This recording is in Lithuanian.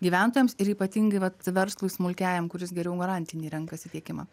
gyventojams ir ypatingai vat verslui smulkiajam kuris geriau garantinį renkasi tiekimą